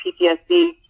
PTSD